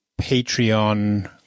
Patreon